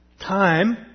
time